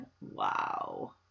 Wow